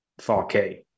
4k